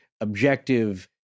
objective